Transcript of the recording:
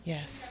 Yes